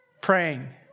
praying